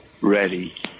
ready